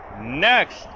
Next